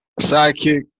sidekick